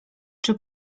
czy